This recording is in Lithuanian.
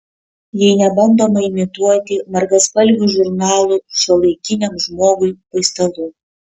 jei nebandoma imituoti margaspalvių žurnalų šiuolaikiniam žmogui paistalų